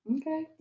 Okay